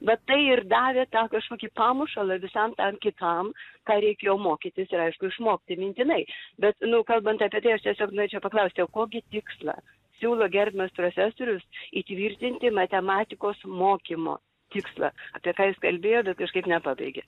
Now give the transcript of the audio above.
va tai ir davė tą kažkokį pamušalą visam tam kitam ką reikėjo mokytis ir aišku išmokti mintinai bet nu kalbant apie tai aš tiesiog norėčiau paklausti o kokį tikslą siūlo gerbiamas profesorius įtvirtinti matematikos mokymo tikslą apie ką jis kalbėjo bet kažkaip nepabaigė